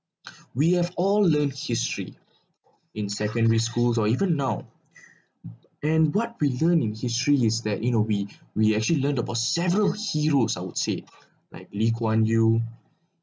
we have all learned history in secondary schools or even now and what we learned in history is that you know we we actually learned about several heroes I would say like lee-kuan-yew